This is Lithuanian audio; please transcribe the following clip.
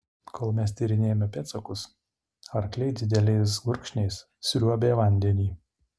kol mes tyrinėjome pėdsakus arkliai dideliais gurkšniais sriuobė vandenį